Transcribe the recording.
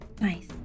Nice